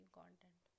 content